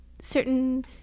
certain